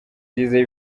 yizeye